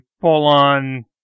full-on